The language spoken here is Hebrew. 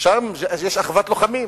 שם יש אחוות לוחמים.